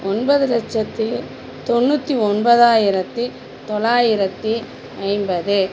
ஒன்பது லட்சத்தி தொண்ணூற்றி ஒன்பதாயிரத்தி தொள்ளாயிரத்தி ஐம்பது